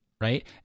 Right